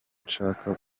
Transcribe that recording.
nshaka